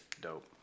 dope